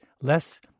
Less